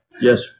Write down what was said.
Yes